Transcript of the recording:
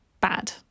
bad